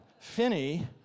Finney